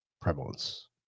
Prevalence